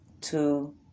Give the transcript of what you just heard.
two